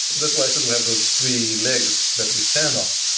that's why i said we have those three legs that we stand on.